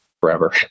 forever